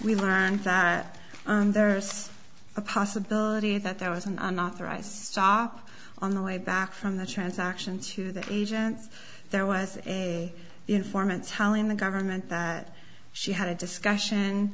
we learned that there's a possibility that there was an unauthorized stop on the way back from the transaction to the agents there was informants holly in the government that she had a discussion